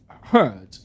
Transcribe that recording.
heard